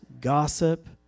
gossip